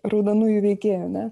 raudonųjų veikėjų ne